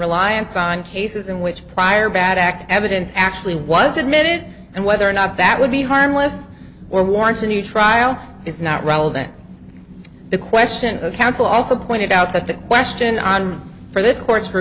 reliance on cases in which prior bad act evidence actually was admitted and whether or not that would be harmless or warrants a new trial is not relevant the question counsel also pointed out that the question on for this course